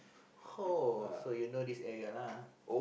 uh so you know this area lah